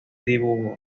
dibujo